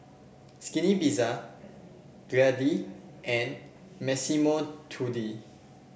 Skinny Pizza Glade and Massimo Dutti